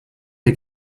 der